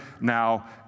now